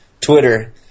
Twitter